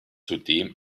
zudem